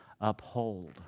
uphold